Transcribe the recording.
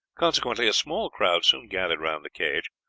consequently a small crowd soon gathered round the cage,